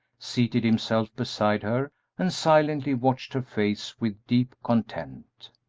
seated himself beside her and silently watched her face with deep content.